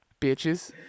Bitches